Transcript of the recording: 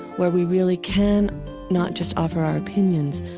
where we really can not just offer our opinions,